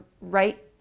right